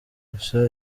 gusa